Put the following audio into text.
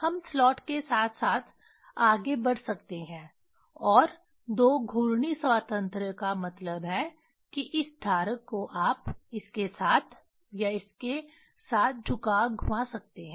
हम स्लॉट के साथ साथ आगे बढ़ सकते हैं और दो घूर्णी स्वातंत्र्य का मतलब है कि इस धारक को आप इसके साथ या इसके साथ झुका घुमा सकते हैं